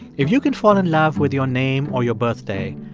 if you can fall in love with your name or your birthday,